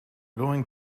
going